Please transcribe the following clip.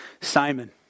Simon